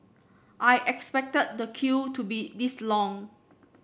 I expected the queue to be this long